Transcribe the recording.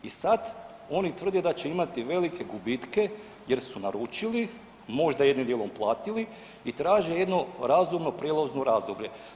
I sad oni tvrde da će imati velike gubite jer su naručili, možda jednim dijelom platili i traže jedno razumno prijelazno razdoblje.